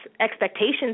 expectations